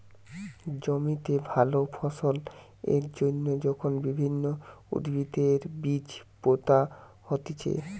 জমিতে ভালো ফলন এর জন্যে যখন বিভিন্ন উদ্ভিদের বীজ পোতা হতিছে